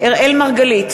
אראל מרגלית,